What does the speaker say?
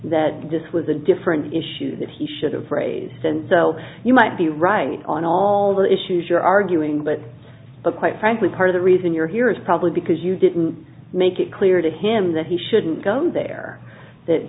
that this was a different issue that he should have phrased since so you might be right on all the issues you're arguing but quite frankly part of the reason you're here is probably because you didn't make it clear to him that he shouldn't go there that